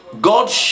God